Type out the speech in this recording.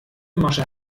masche